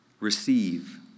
Receive